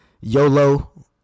YOLO